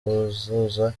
kuzuza